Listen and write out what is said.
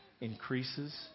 increases